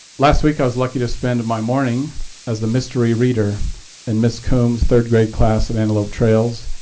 last week i was lucky to spend my morning as the mystery reader in miss coombs third grade class at antelope trails.